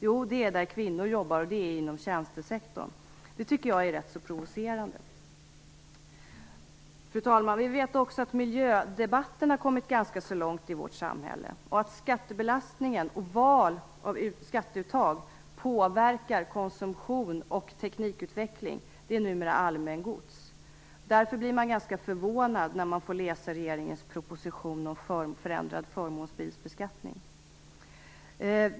Jo, där kvinnor jobbar, dvs. inom tjänstesektorn. Det tycker jag är ganska provocerande. Fru talman! Vi vet att miljödebatten kommit ganska långt i vårt samhälle. Att skattebelastningen och val av skatteuttag påverkar konsumtion och teknikutveckling är numera allmängods. Man blir därför ganska förvånad när man läser regeringens proposition om förändrad förmånsbilsbeskattning.